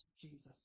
Jesus